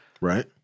Right